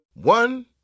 One